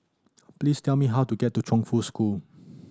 please tell me how to get to Chongfu School